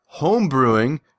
homebrewing